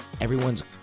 Everyone's